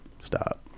Stop